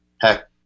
heck